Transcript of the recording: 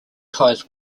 ties